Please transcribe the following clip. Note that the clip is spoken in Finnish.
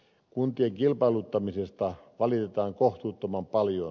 kuntien kilpailuttamisesta valitetaan kohtuuttoman paljon